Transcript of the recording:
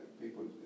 people